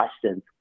questions